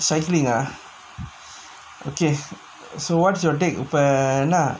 cycling ah okay so what's your take இப்ப என்ன:ippa enna